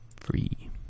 free